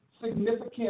significant